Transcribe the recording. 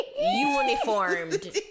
uniformed